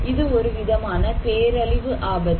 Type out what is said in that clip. இது ஒரு விதமான பேரழிவு ஆபத்து